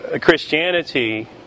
Christianity